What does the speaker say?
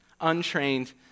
untrained